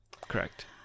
Correct